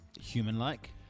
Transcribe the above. human-like